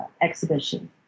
exhibition